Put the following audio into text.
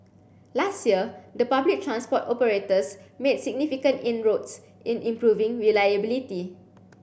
last year the public transport operators made significant inroads in improving reliability